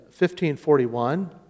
1541